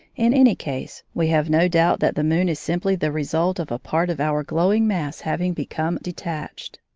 in any case, we have no doubt that the moon is simply the result of a part of our glowing mass having become detached.